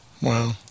Wow